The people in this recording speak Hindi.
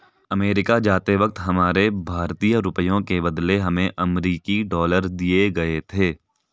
अमेरिका जाते वक्त हमारे भारतीय रुपयों के बदले हमें अमरीकी डॉलर दिए गए थे